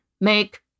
make